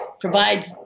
provides